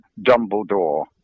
Dumbledore